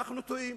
אנחנו טועים,